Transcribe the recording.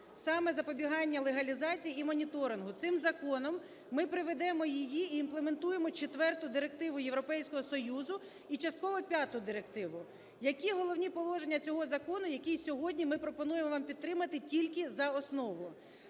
саме запобігання легалізації і моніторингу. Цим законом ми приведемо її і імплементуємо 4 Директиву Європейського Союзу і частково 5 Директиву. Які головні положення цього закону, який сьогодні ми пропонуємо вам підтримати тільки за основу?